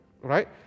right